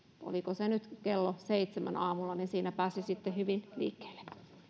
oliko se nyt kello seitsemällä aamulla eli siinä pääsi sitten hyvin liikkeelle